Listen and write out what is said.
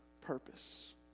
purpose